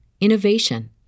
innovation